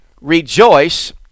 rejoice